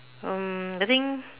um I think